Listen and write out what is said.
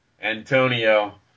Antonio